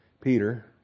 Peter